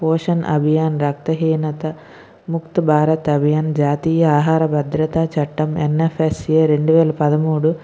పోషణ్ అభియాన్ రక్తహీనత ముక్తభారత అభియాన్ జాతీయ ఆహార భద్రత చట్టం ఎంఎఫ్ఎస్సిఏ రెండువేల పదమూడు